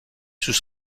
sous